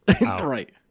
Right